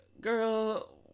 girl